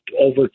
over